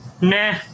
Nah